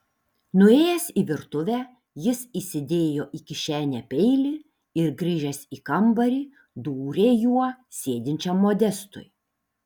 nuėjęs į virtuvę jis įsidėjo į kišenę peilį ir grįžęs į kambarį dūrė juo sėdinčiam modestui